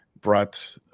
brought